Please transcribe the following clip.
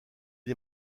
est